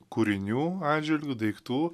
kūrinių atžvilgiu daiktų